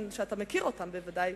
שאתה מכיר אותם בוודאי,